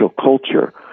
culture